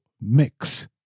Mix